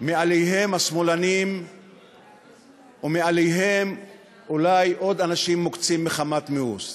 מעליהם השמאלנים ומעליהם אולי עוד אנשים מוקצים מחמת מיאוס.